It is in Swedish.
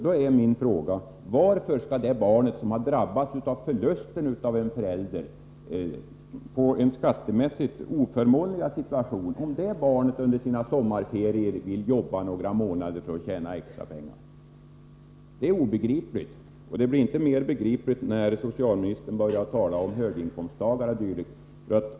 Då är min fråga: Varför skall situationen skattemässigt vara oförmånligare för det barn som förlorat en förälder och som under sommarferierna vill arbeta några månader för att tjäna extrapengar? Det är obegripligt. Det blir inte mera begripligt när socialministern börjar tala om höginkomsttagare.